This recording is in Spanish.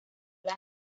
las